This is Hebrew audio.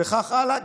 וכך הלאה.